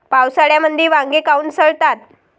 पावसाळ्यामंदी वांगे काऊन सडतात?